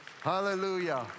Hallelujah